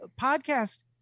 podcast